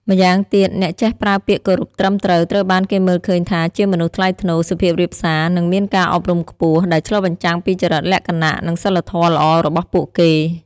ម្យ៉ាងទៀត អ្នកចេះប្រើពាក្យគោរពត្រឹមត្រូវ ត្រូវបានគេមើលឃើញថាជាមនុស្សថ្លៃថ្នូរ សុភាពរាបសា និងមានការអប់រំខ្ពស់ ដែលឆ្លុះបញ្ចាំងពីចរិតលក្ខណៈនិងសីលធម៌ល្អរបស់ពួកគេ។